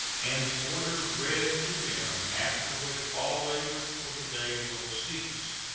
and the order read to them, after which all labors for the day will cease.